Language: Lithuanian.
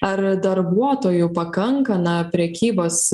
ar darbuotojų pakanka na prekybos